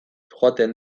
joaten